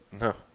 No